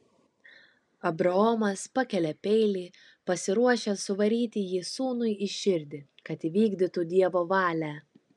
abraomas pakelia peilį pasiruošęs suvaryti jį sūnui į širdį kad įvykdytų dievo valią